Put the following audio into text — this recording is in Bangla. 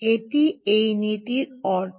এটিই এই নীতির অর্থ